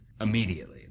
immediately